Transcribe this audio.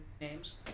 names